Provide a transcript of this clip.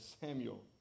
Samuel